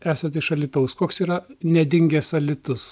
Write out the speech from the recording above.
esat iš alytaus koks yra nedingęs alytus